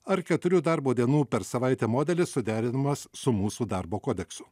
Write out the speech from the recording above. ar keturių darbo dienų per savaitę modelis suderinamas su mūsų darbo kodeksu